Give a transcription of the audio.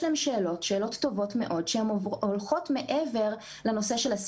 זאת לא איזו חקיקה ייעודית לנושא.